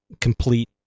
complete